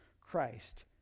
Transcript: Christ